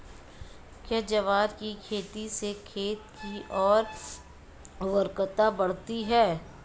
क्या ग्वार की खेती से खेत की ओर उर्वरकता बढ़ती है?